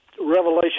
revelation